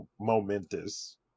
momentous